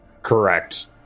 Correct